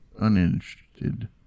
uninterested